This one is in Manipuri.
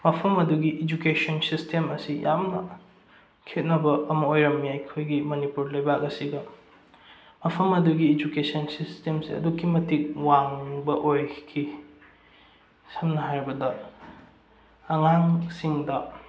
ꯃꯐꯝ ꯑꯗꯨꯒꯤ ꯏꯖꯨꯀꯦꯁꯟ ꯁꯤꯁꯇꯦꯝ ꯑꯁꯤ ꯌꯥꯝꯅ ꯈꯦꯅꯕ ꯑꯃ ꯑꯣꯏꯔꯝꯃꯤ ꯑꯩꯈꯣꯏꯒꯤ ꯃꯅꯤꯄꯨꯔ ꯂꯩꯕꯥꯛ ꯑꯁꯤꯒ ꯃꯐꯝ ꯑꯗꯨꯒꯤ ꯏꯖꯨꯀꯦꯁꯟ ꯁꯤꯁꯇꯦꯝꯁꯦ ꯑꯗꯨꯛꯀꯤ ꯃꯇꯤꯛ ꯋꯥꯡꯕ ꯑꯣꯏꯈꯤ ꯁꯝꯅ ꯍꯥꯏꯔꯕꯗ ꯑꯉꯥꯡꯁꯤꯡꯗ